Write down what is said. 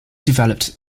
developed